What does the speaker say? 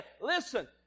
listen